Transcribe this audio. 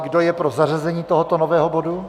Kdo je pro zařazení tohoto nového bodu.